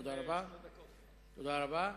תודה רבה.